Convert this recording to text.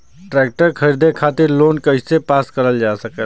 Tractor खरीदे खातीर loan कइसे पास करल जा सकेला?